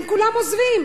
הם כולם עוזבים,